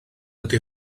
ydy